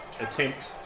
attempt